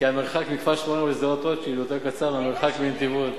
כי המרחק מכפר-שמריהו לשדרות-רוטשילד יותר קצר מהמרחק מנתיבות.